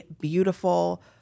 beautiful